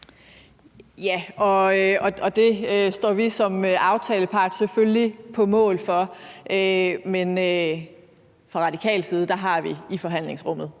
(RV): Det står vi som aftalepart selvfølgelig på mål for, men fra radikal side har vi i forhandlingsrummet